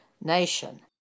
nation